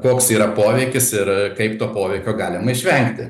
koks yra poveikis ir kaip to poveikio galime išvengti